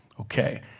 Okay